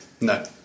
no